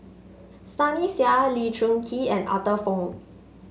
Sunny Sia Lee Choon Kee and Arthur Fong